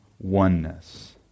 oneness